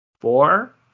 four